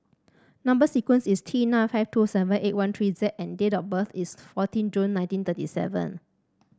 number sequence is T nine five two seven eight one three Z and date of birth is fourteen June nineteen thirty seven